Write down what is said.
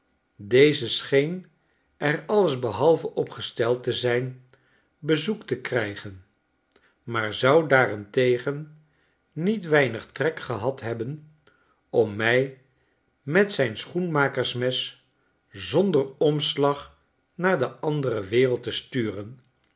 deze scheen er alles behalve op gesteld te zijn bezoek te krijgen maar zou daarentegen niet weinig trek gehad hebben om mij met zijn schoenmakersmes zonder omslag naar de andere wereld te sturen